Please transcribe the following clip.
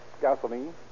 Gasoline